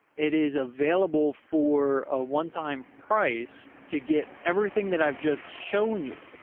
it is available for a onetime price to get everything that i've just shown you.